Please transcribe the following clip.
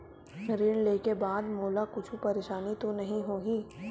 ऋण लेके बाद मोला कुछु परेशानी तो नहीं होही?